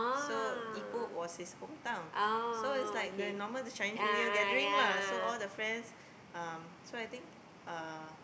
so Ipoh was his hometown so it's like the normal the Chinese-New-Year gathering lah so all the friends um so I think uh